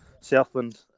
Southland